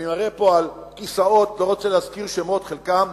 אני מראה פה על כיסאות, לא רוצה להזכיר שמות, חלקם